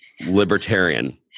libertarian